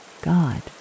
God